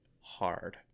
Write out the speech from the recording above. hard